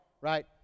right